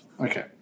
Okay